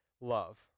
love